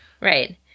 Right